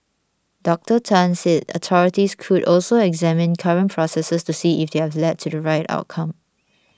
Doctor Tan said authorities could also examine current processes to see if they have led to the right outcome